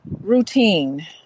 routine